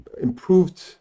improved